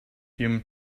human